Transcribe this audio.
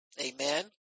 Amen